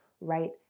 right